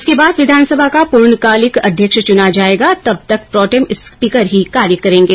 उसके बाद विधानसभा का पूर्णकालिक अध्यक्ष चुना जायेगा तब तक प्रोटेम स्पीकर ही कार्य करेंगे